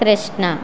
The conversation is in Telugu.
కృష్ణా